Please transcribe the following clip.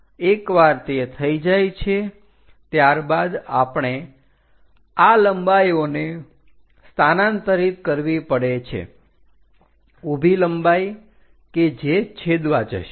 એકવાર તે થઈ જાય છે ત્યારબાદ આપણે આ લંબાઈઓને સ્થાનાંતરિત કરવી પડે છે ઉભી લંબાઈ કે જે છેદવા જશે